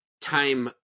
time